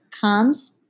comes